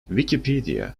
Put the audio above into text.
wikipedia